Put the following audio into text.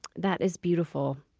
that is beautiful.